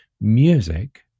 music